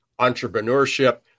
entrepreneurship